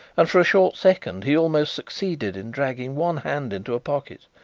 and for a short second he almost succeeded in dragging one hand into a pocket.